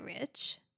rich